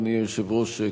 אדוני היושב-ראש,